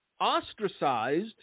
ostracized